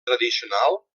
tradicional